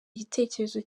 igitekerezo